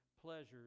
pleasures